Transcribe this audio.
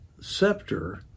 scepter